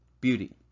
beauty